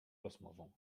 rozmową